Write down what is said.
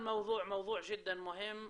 נושא זה הינו נושא חשוב מאוד,